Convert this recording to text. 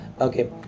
Okay